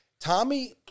Tommy